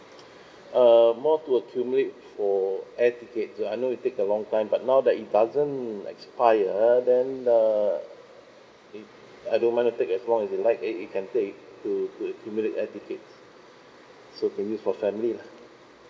um more to accumulate for air tickets so I know it take a long time but now that it doesn't expire then err if I don't mind to take as long as it like that it can take to to accumulate air tickets so for use for family lah